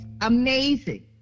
amazing